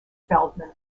feldman